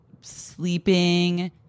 sleeping